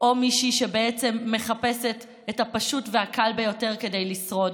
או מישהי שבעצם מחפשת את הפשוט והקל ביותר כדי לשרוד,